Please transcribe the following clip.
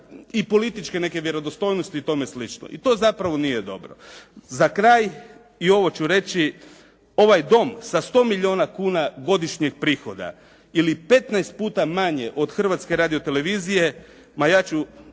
i političke neke vjerodostojnosti i tome slično. I to zapravo nije dobro. Za kraj, i ovo ću reći. Ovaj dom sa 100 milijuna kuna godišnjih prihoda ili 15 puta manje od Hrvatske radio-televizije ja ću